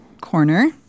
corner